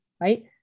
Right